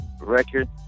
record